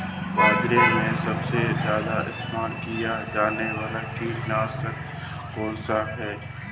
बाज़ार में सबसे ज़्यादा इस्तेमाल किया जाने वाला कीटनाशक कौनसा है?